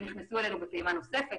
ונכנסנו אלינו פעם נוספת.